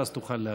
ואז תוכל להשיב.